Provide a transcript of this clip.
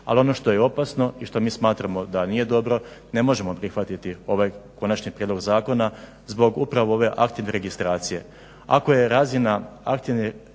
Ali ono što je opasno i što mi smatramo da nije dobro ne momo prihvatiti ovaj konačno prijedlog zakona zbog upravo ove aktivne registracije. Ako je razina aktivne registracije